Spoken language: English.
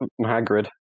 Hagrid